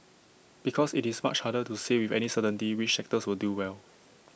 because IT is much harder to say with any certainty which sectors will do well